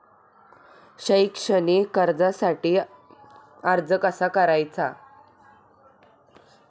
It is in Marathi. शैक्षणिक कर्जासाठी अर्ज कसा करायचा?